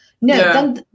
No